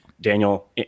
Daniel